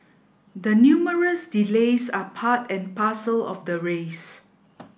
the numerous delays are part and parcel of the race